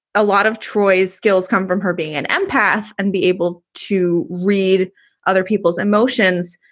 a lot of troy's skills come from her being an empath and be able to read other people's emotions.